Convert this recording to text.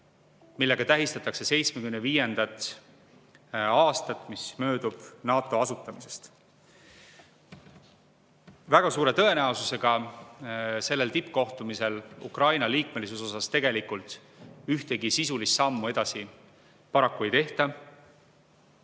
millega tähistatakse 75 aasta möödumist NATO asutamisest. Väga suure tõenäosusega sellel tippkohtumisel Ukraina liikmelisuse osas tegelikult ühtegi sisulist sammu edasi paraku ei tehta.